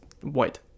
white